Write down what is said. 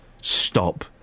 stop